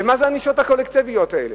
ומה זה הענישות הקולקטיביות האלה?